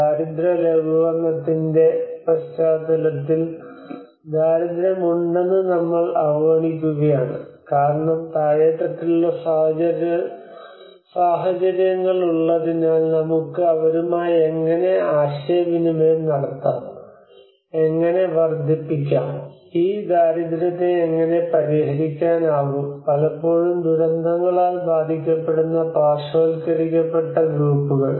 ദാരിദ്ര്യ ലഘൂകരണത്തിന്റെ പശ്ചാത്തലത്തിൽ ദാരിദ്ര്യം ഉണ്ടെന്ന് നമ്മൾ അവഗണിക്കുകയാണ് കാരണം താഴേത്തട്ടിലുള്ള സാഹചര്യങ്ങളുള്ളതിനാൽ നമുക്ക് അവരുമായി എങ്ങനെ ആശയവിനിമയം നടത്താം എങ്ങനെ വർദ്ധിപ്പിക്കാം ഈ ദാരിദ്ര്യത്തെ എങ്ങനെ പരിഹരിക്കാനാകും പലപ്പോഴും ദുരന്തങ്ങളാൽ ബാധിക്കപ്പെടുന്ന പാർശ്വവൽക്കരിക്കപ്പെട്ട ഗ്രൂപ്പുകൾ